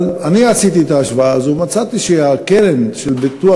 אבל אני עשיתי את ההשוואה הזאת ומצאתי שהקרן של הביטוח